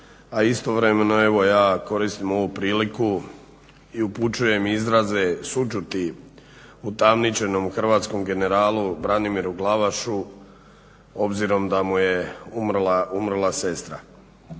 a istovremeno evo ja koristim ovu priliku i upućujem izraze sućuti utamničenom hrvatskom generalu Branimiru Glavašu obzirom da mu je umrla sestra